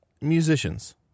musicians